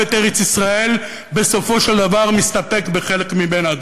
את ארץ-ישראל בסופו של דבר מסתפק בחלק ממנה,